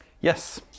Yes